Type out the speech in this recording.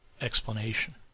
explanation